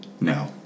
No